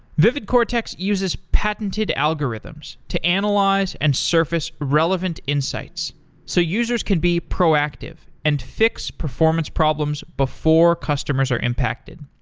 vividcortex uses patented algorithms to analyze and surface relevant insights so users can be proactive and fix performance problems before customers are impacted.